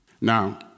Now